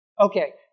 Okay